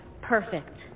perfect